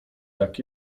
tak